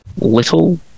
little